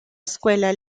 escuela